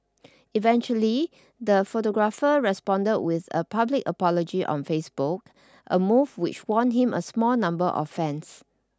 eventually the photographer responded with a public apology on Facebook a move which won him a small number of fans